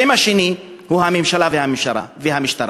האשם השני הוא הממשלה והמשטרה.